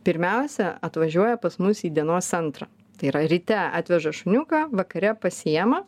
pirmiausia atvažiuoja pas mus į dienos centrą tai yra ryte atveža šuniuką vakare pasiema